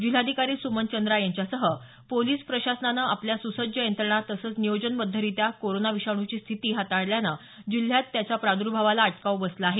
जिल्हाधिकारी सुमन चंद्रा यांच्यासह पोलीस प्रशासनानं आपल्या स्सज्ज यंत्रणा तसंच नियोजनबध्दरित्या कोरोना विषाणूची स्थिती हाताळल्यानं जिल्ह्यात त्याच्या प्रादुर्भावाला अटकाव बसला आहे